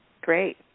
Great